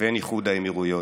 לבין איחוד האמירויות.